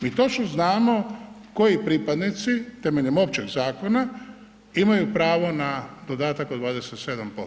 Mi točno znamo koji pripadnici temeljem općeg zakona imaju pravo na dodatak od 27%